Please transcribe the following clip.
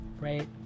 right